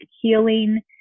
healing